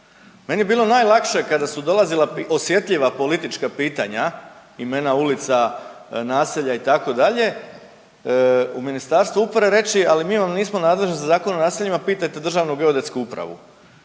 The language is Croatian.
Meni je bilo najlakše kada su dolazila osjetljiva politička pitanja, imena ulica, naselja itd., u Ministarstvu uprave reći al mi vam nismo nadležni za Zakon o naseljima, pitajte Državnu geodetsku upravu,